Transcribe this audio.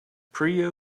priya